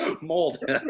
mold